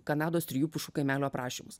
kanados trijų pušų kaimelio aprašymus